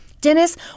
Dennis